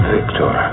Victor